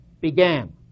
began